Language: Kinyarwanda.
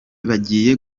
bagiye